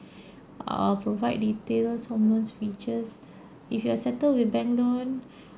err provide the tailors home loans features if you are settled with bank loan